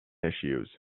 issues